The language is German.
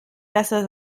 besser